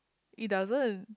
he doesn't